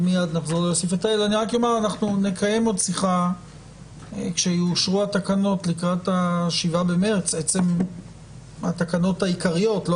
נקיים שיחה עת יאושרו התקנות לקראת ה-7 במרס - התקנות העיקריות ולא